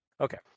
Okay